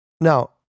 Now